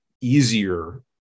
easier